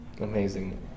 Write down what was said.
amazing